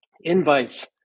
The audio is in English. invites